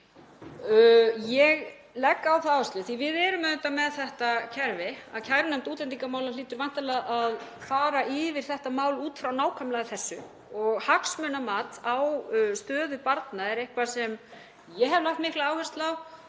sérstakt hagsmunamat. Við erum auðvitað með þetta kerfi og kærunefnd útlendingamála hlýtur væntanlega að fara yfir þetta mál út frá nákvæmlega þessu og hagsmunamat á stöðu barna er eitthvað sem ég hef lagt mikla áherslu á